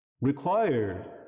required